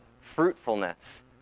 fruitfulness